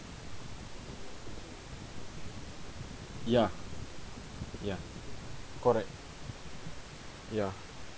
ya ya correct ya